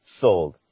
sold